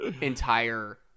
entire